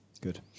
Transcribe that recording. Good